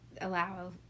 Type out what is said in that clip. allow